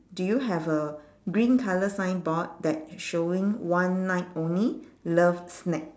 do you have a green colour signboard that's showing one night only love snack